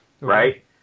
right